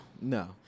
No